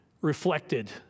reflected